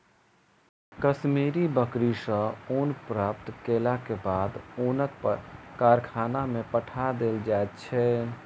कश्मीरी बकरी सॅ ऊन प्राप्त केलाक बाद ऊनक कारखाना में पठा देल जाइत छै